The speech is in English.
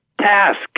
task